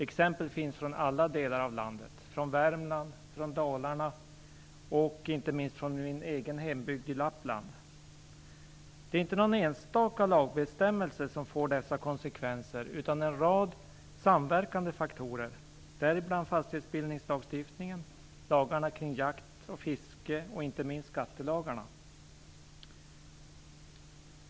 Exempel på detta finns från alla delar av landet; från Värmland, från Dalarna och - inte minst - från min egen hembygd i Lappland. Det är ingen enstaka lagbestämmelse som får dessa konsekvenser, utan det är fråga om en rad samverkande faktorer. Bland dessa finns fastighetsbildningslagstiftningen, lagarna kring jakt och fiske och - inte minst - skattelagarna.